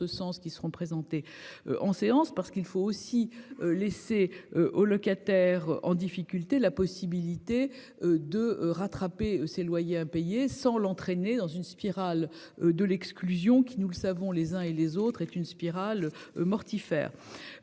sens qui seront présentés en séance parce qu'il faut aussi laisser aux locataires en difficulté la possibilité. De rattraper ses loyers impayés sans l'entraîner dans une spirale de l'exclusion qui, nous le savons les uns et les autres est une spirale. Mortifère.